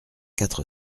quatre